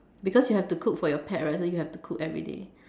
because you have to cook for your parents so you have to cook everyday